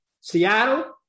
Seattle